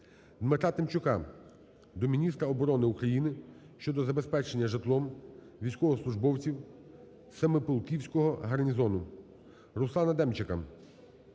Дмитра Тимчука до міністра оборони України щодо забезпечення житлом військовослужбовців Семиполківського гарнізону. Руслана Демчака